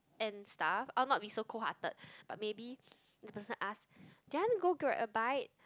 and stuff I'll not be so cold hearted but maybe the person ask do you wanna go grab a bite